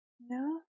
No